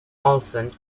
olson